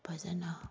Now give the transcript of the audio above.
ꯐꯖꯅ